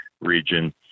region